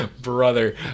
Brother